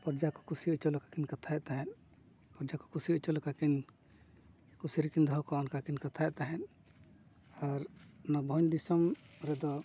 ᱯᱚᱨᱡᱟ ᱠᱚ ᱠᱩᱥᱤ ᱦᱚᱪᱚ ᱞᱮᱠᱟᱠᱤᱱ ᱠᱟᱛᱷᱟᱭᱮᱫ ᱛᱟᱦᱮᱸᱫ ᱯᱚᱨᱡᱟ ᱠᱚ ᱠᱩᱥᱤ ᱦᱚᱪᱚ ᱞᱮᱠᱟᱠᱤᱱ ᱠᱩᱥᱤ ᱨᱮᱠᱤᱱ ᱫᱚᱦᱚ ᱠᱚᱣᱟ ᱚᱱᱠᱟ ᱠᱤᱱ ᱠᱟᱛᱷᱟᱭᱮᱫ ᱛᱟᱦᱮᱸᱫ ᱟᱨ ᱚᱱᱟ ᱵᱷᱚᱸᱡᱽ ᱫᱤᱥᱚᱢ ᱨᱮᱫᱚ